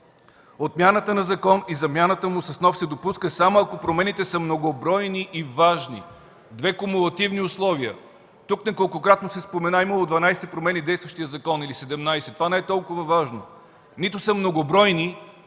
„Отмяната на закон и замяната му с нов се допуска, само ако промените са многобройни и важни” – две кумулативни условия! Тук неколкократно се спомена, че имало 12 промени в действащия закон или 17 – това не е толкова важно. Нито са многобройни